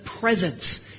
presence